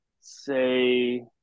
say